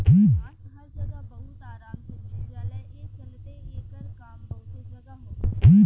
बांस हर जगह बहुत आराम से मिल जाला, ए चलते एकर काम बहुते जगह होखेला